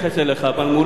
אתה מפריע לי לדבר.